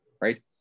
Right